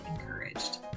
encouraged